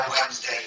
Wednesday